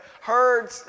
heard